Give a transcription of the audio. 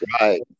Right